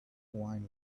wine